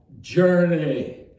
journey